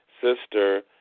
Sister